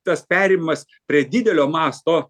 tas perėjimas prie didelio masto